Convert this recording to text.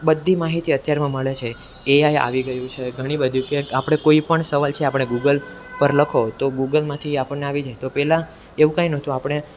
બધી માહિતી અત્યારમાં મળે છે એઆઈ આવી ગયું છે ઘણી બધી કે આપણે કોઈપણ સવાલ છે આપણે ગૂગલ પર લખો તો ગૂગલમાંથી એ આપણને આવી જાય તો પહેલાં એવું કાંઈ નહોતું આપણે